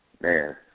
man